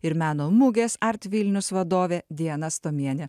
ir meno mugės art vilnius vadovė diana stomienė